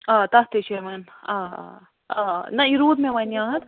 آ تتھ تہِ چھِ یِوان آ آ نَہ یہِ روٗد مےٚ وۄنۍ یاد